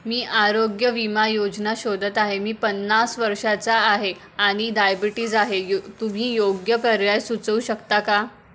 मी आरोग्य विमा योजना शोधत आहे मी पन्नास वर्षाचा आहे आणि डायबिटीज आहे य तुम्ही योग्य पर्याय सुचवू शकता का